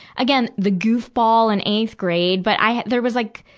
again, the goofball in eighth grade. but i had, there was like,